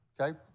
okay